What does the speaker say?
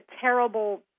terrible